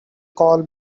call